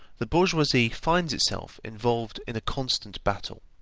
the bourgeoisie finds itself involved in a constant battle.